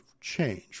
change